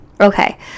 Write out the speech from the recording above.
Okay